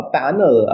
panel